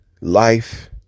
life